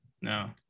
no